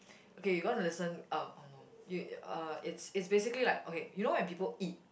okay you gonna listen uh oh no you uh it's it's basically like okay you know when people eat